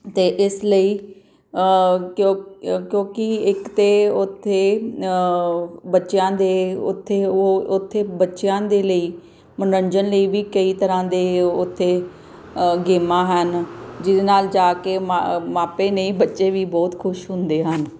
ਅਤੇ ਇਸ ਲਈ ਕਿਉਂ ਕਿ ਕਿਉਂਕਿ ਇੱਕ ਤਾਂ ਉੱਥੇ ਬੱਚਿਆਂ ਦੇ ਉੱਥੇ ਉਹ ਉੱਥੇ ਬੱਚਿਆਂ ਦੇ ਲਈ ਮਨੋਰੰਜਨ ਲਈ ਵੀ ਕਈ ਤਰ੍ਹਾ ਦੇ ਉੱਥੇ ਗੇਮਾਂ ਹਨ ਜਿਹਦੇ ਨਾਲ ਜਾ ਕੇ ਮਾ ਮਾਪੇ ਹੀ ਨਹੀਂ ਬੱਚੇ ਵੀ ਬਹੁਤ ਖੁਸ਼ ਹੁੰਦੇ ਹਨ